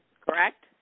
correct